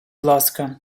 ласка